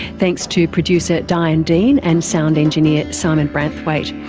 thanks to producer diane dean and sound engineer simon branthwaite.